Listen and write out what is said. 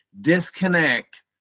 disconnect